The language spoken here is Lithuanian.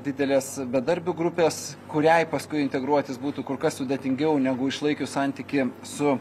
didelės bedarbių grupės kuriai paskui integruotis būtų kur kas sudėtingiau negu išlaikius santykį su